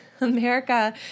America